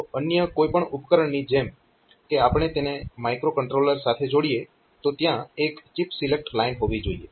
તો અન્ય કોઈ પણ ઉપકરણની જેમ કે આપણે તેને માઇક્રોકન્ટ્રોલર સાથે જોડીએ તો ત્યાં એક ચિપ સિલેક્ટ લાઇન હોવી જોઈએ